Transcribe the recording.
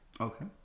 Okay